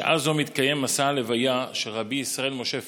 בשעה זו מתקיים מסע ההלוויה של רבי ישראל משה פרידמן,